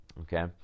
okay